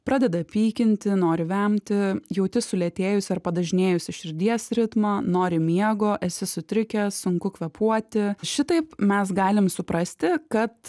pradeda pykinti nori vemti jauti sulėtėjusį ar padažnėjusį širdies ritmą nori miego esi sutrikęs sunku kvėpuoti šitaip mes galim suprasti kad